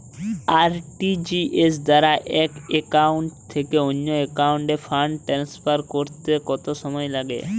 RTGS দ্বারা এক account থেকে অন্য একাউন্টে ফান্ড ট্রান্সফার করতে কত সময় লাগে?